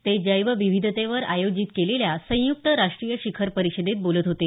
ते जैव विविधतेवर आयोजित केलेल्या संयुक्त राष्ट्रीय शिखर परिषदेत बोलत होते